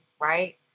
right